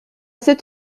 sept